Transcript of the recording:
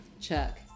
Chuck